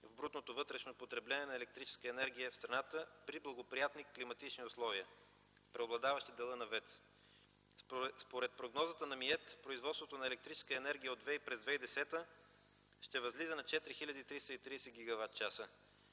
в брутното вътрешно потребление на електрическа енергия в страната при благоприятни климатични условия преобладаващ е делът на ВЕЦ. Според прогнозите на МИЕТ производството на електроенергия от ВЕИ през 2010 г. ще възлиза на 4330 гигават часа.